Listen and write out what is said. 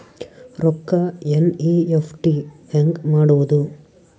ರೊಕ್ಕ ಎನ್.ಇ.ಎಫ್.ಟಿ ಹ್ಯಾಂಗ್ ಮಾಡುವುದು?